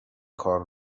کار